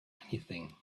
anything